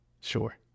Sure